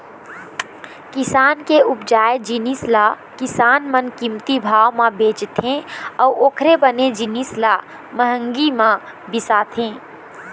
किसान के उपजाए जिनिस ल किसान मन कमती भाव म बेचथे अउ ओखरे बने जिनिस ल महंगी म बिसाथे